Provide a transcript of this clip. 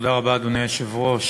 אדוני היושב-ראש,